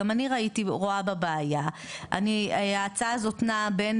גם אני רואה בה בעיה ההצעה הזאת נעה בין